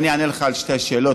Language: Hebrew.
אני אענה לך על שתי השאלות,